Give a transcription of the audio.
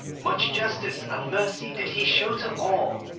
much justice and mercy did he show to all,